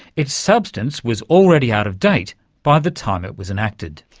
its substance was already out of date by the time it was enacted.